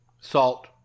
Salt